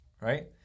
right